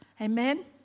Amen